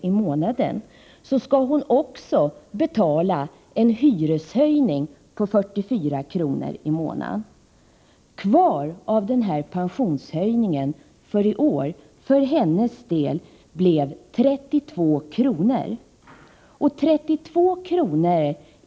i månaden skall hon också betala en hyreshöjning på 44 kr. i månaden. Kvar av pensionshöjningen för i år för hennes del är 32 kr. i månaden. Dessa 32 kr.